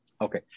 Okay